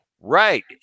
Right